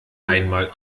einmal